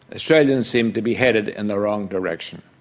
australians seem to be headed in the wrong direction.